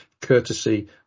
courtesy